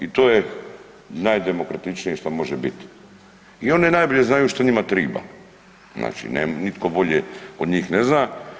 I to je najdemokratičnije što može bit i oni najbolje znaju šta njima triba, znači nitko bolje od njih ne zna.